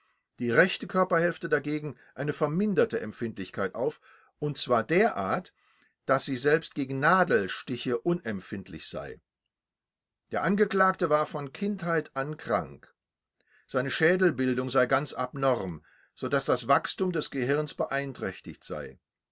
die rechte körperhälfte dagegen eine verminderte empfindlichkeit auf und zwar derartig daß sie selbst gegen nadelstiche unempfindlich sei der angeklagte war von kindheit an krank seine schädelbildung sei ganz abnorm so daß das wachstum des gehirns beeinträchtigt sei